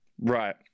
Right